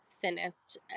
thinnest